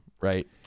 right